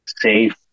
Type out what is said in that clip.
safe